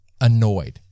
annoyed